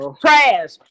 trash